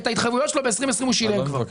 את ההתחייבויות שלו ב-2020 הוא כבר שילם.